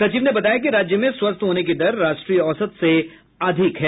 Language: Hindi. सचिव ने बताया कि राज्य में स्वस्थ होने की दर राष्ट्रीय औसत से अधिक है